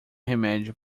remédio